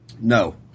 No